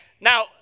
now